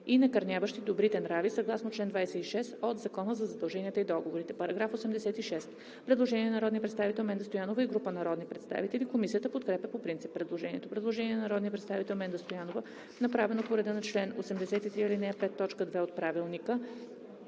и накърняващи добрите нрави съгласно чл. 26 от Закона за задълженията и договорите.“ Предложение на народния представител Менда Стоянова и група народни представители. Комисията подкрепя по принцип предложението. Предложение на народния представител Менда Стоянова, направено по реда на чл. 83, ал. 5, т. 2 от Правилника